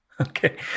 Okay